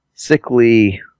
sickly